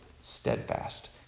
steadfast